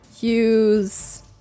use